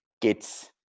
kids